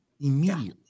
Immediately